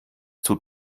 tut